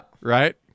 Right